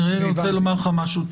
אני רוצה לומר לך משהו.